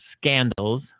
scandals